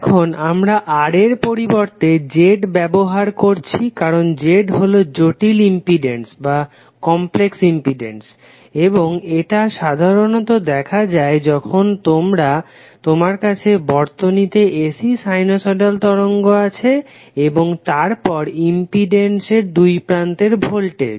এখন আমরা R এর পরিবর্তে Z ব্যবহার করছি কারণ Z হলো জটিল ইম্পিডেন্স এবং এটা সাধারণত দেখা যায় যখন তোমার কাছে বর্তনীতে AC সাইনোসইডাল তরঙ্গ আছে এবং তার পর ইম্পিডেন্স এর দুই প্রান্তের ভোল্টেজ